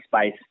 space